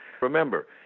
Remember